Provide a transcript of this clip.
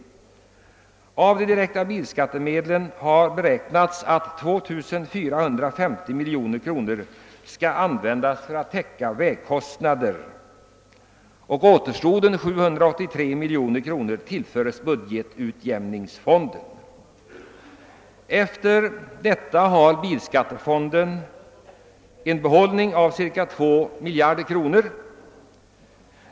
Det har beräknats att av de direkta bilskattemedlen skall 2450 miljoner kronor användas för att täcka vägkostnader och återstoden, 783 miljoner kronor, tillföras budgetutjämningsfonden. Här efter har bilskattefonden en behållning på cirka 2 miljarder kronor.